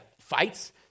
fights